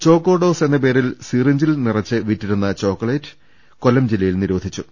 ചോക്കോഡോസ് എന്ന പേരിൽ സിറിഞ്ചിൽ നിറച്ച് വിറ്റിരുന്ന ചോക്ലേറ്റ് കൊല്ലം ജില്ലയിൽ നിരോധിച്ചു